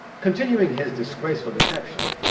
continuing his disgraceful deception,